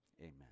Amen